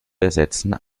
ersetzen